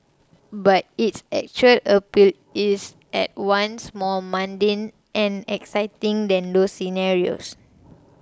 but its actual appeal is at once more mundane and exciting than those scenarios